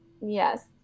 yes